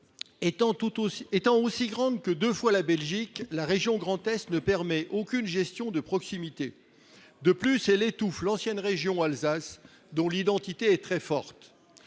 étant aussi grande que 2 fois la Belgique la région Grand-Est ne permet aucune gestion de proximité. De plus elle étouffe l'ancienne région Alsace dont l'identité est très forte.